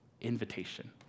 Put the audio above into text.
invitation